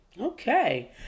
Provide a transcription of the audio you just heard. Okay